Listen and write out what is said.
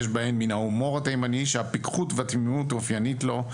יש בהם מן ההומור התימני שהפיקחות ותמימות אופיינית לו,